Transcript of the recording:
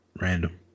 Random